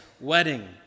wedding